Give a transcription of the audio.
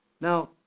Now